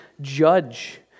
judge